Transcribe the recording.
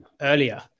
earlier